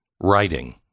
Writing